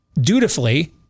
dutifully